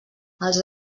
els